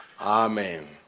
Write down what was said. Amen